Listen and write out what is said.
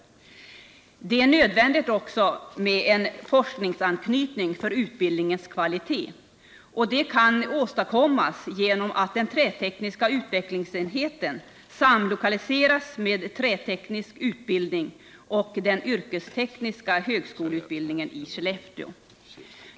Det är för utbildningens kvalitet också nödvändigt med en forskningsanknytning, och den kan åstadkommas genom att den trätekniska utvecklingsenheten samlokaliseras med träteknisk utbildning och den yrkestekniska högskoleutbildningen i Skellefteå.